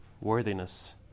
worthiness